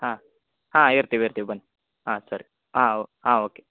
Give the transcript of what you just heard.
ಹಾಂ ಹಾಂ ಇರ್ತಿವಿ ಇರ್ತಿವಿ ಬನ್ನಿ ಹಾಂ ಸರಿ ಹಾಂ ಓ ಹಾಂ ಓಕೆ